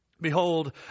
Behold